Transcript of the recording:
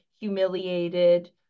humiliated